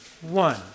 one